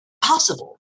possible